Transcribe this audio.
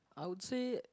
I would say